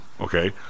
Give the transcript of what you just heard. okay